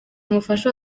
umufasha